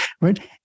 right